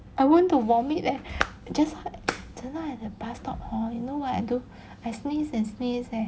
I want to vomit leh just tonight at a bus stop hor you know what I do I sneeze and sneeze eh